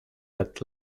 but